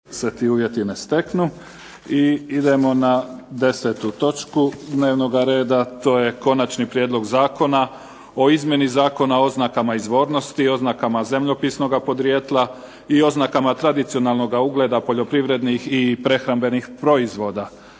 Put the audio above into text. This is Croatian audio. Neven (SDP)** I idemo na 10. točku dnevnog reda, to je - Konačni prijedlog zakona o izmjeni Zakona izvornosti, oznakama zemljopisnoga podrijetla i oznakama tradicionalnoga ugleda poljoprivrednih i prehrambenih proizvoda,